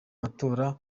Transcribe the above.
matora